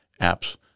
apps